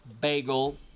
bagel